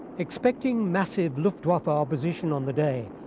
expecting massive luftwaffe opposition on the day,